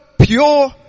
pure